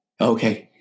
Okay